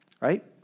right